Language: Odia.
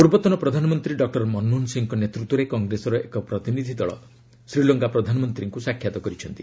ପୂର୍ବତନ ପ୍ରଧାନମନ୍ତ୍ରୀ ଡକୁର ମନମୋହନ ସିଂହଙ୍କ ନେତୃତ୍ୱରେ କଂଗ୍ରେସର ଏକ ପ୍ରତିନିଧି ଦଳ ଶ୍ରୀଲଙ୍କା ପ୍ରଧାନମନ୍ତ୍ରୀଙ୍କ ସାକ୍ଷାତ କରିଛନ୍ତି